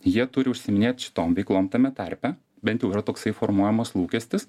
jie turi užsiiminėt šitom veiklom tame tarpe bent yra toksai formuojamas lūkestis